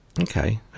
okay